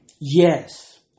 Yes